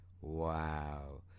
Wow